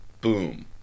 Boom